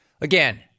Again